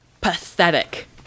Pathetic